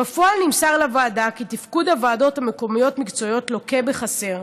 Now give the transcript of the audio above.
בפועל נמסר לוועדה כי תפקוד הוועדות המקומיות המקצועיות לוקה בחסר,